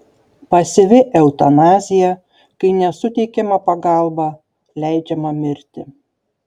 pasyvi eutanazija kai nesuteikiama pagalba leidžiama mirti